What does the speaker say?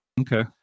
okay